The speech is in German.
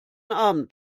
abend